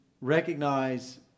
recognize